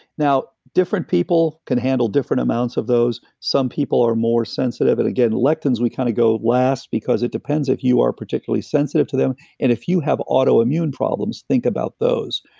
now, different people can handle different amounts of those, some people are more sensitive. and again, lectins we kind of go, last, because it depends if you are particularly sensitive to them, and if you have autoimmune problems, think about those.